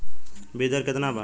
बीज दर केतना बा?